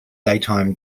daytime